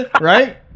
Right